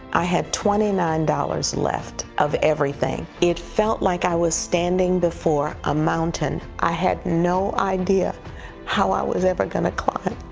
i had twenty nine dollars left of everything. it felt like i was standing before a mountain. i had no idea how i was ever going to climb